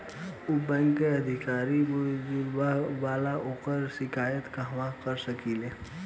उ बैंक के अधिकारी बद्जुबान बा ओकर शिकायत कहवाँ कर सकी ले